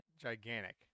gigantic